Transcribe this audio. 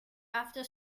after